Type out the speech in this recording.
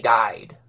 died